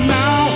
now